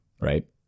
right